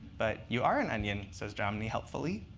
but you are an onion, says jomny helpfully.